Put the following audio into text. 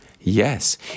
Yes